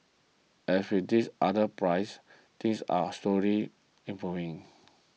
as with this other pries things are slowly improving